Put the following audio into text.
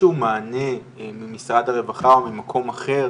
שהוא מענה ממשרד הרווחה או ממקום אחר